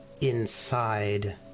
inside